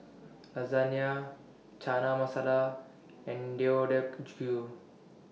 Chana Masala and Deodeok